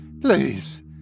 Please